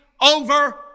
over